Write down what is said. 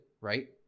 right